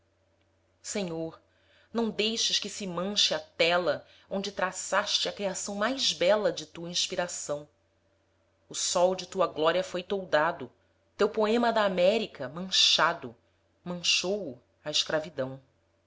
senhor não deixes que se manche a tela onde traçaste a criação mais bela de tua inspiração o sol de tua glória foi toldado teu poema da américa manchado manchou o a escravidão